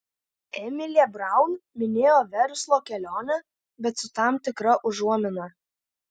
emilė braun minėjo verslo kelionę bet su tam tikra užuomina